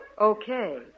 Okay